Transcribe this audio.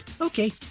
okay